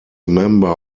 member